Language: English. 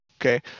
okay